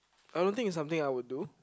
I don't think it's something I would do